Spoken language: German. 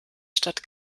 stadt